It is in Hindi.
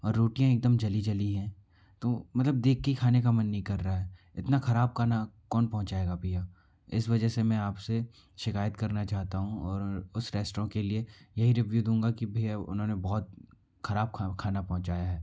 और रोटियां एक दम जली जली हैं तो मतलब देख के ही खाने का मन नहीं कर रहा है इतना ख़राब खाना कौन पहुंचाएगा भैया इस वजह से मैं आप से शिकायत करना चाहता हूँ और उस रेस्ट्राें के लिए यही रिव्यू दूँगा कि भैया उन्होंने बहुत ख़राब खा खाना पहुंचाया है